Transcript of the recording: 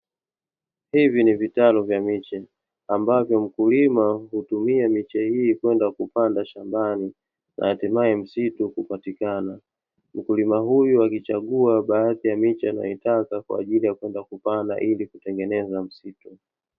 Hivi ni vitalu vya miche, ambavyo mkulima hutumia miche hii kwenda kupanda shambani hatimaye msitu kupatikana, mkulima huyu akichagua baadhi ya miche anayoitaka kwa ajili ya kwenda kupanda ili kutengeneza misitu.